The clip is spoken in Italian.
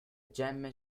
gemme